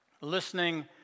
Listening